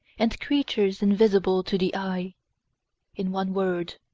and creatures invisible to the eye in one word,